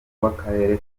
w’akarere